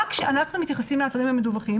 רק כשאנחנו מתייחסים לאתרים המדווחים,